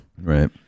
Right